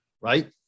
right